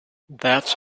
that